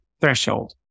threshold